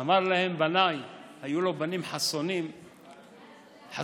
אמר להם: בניי, היו לו בנים חסונים, חזקים,